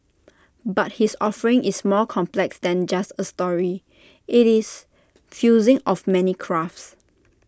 but his offering is more complex than just A story IT is fusing of many crafts